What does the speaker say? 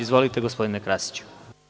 Izvolite, gospodine Krasiću.